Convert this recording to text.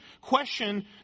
question